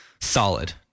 solid